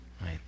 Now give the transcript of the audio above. right